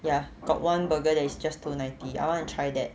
ya got one burger that is just two ninety I wanna try that